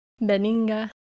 Beninga